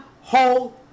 whole